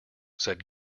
said